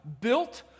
built